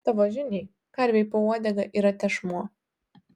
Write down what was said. tavo žiniai karvei po uodega yra tešmuo